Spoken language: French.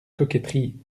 coquetterie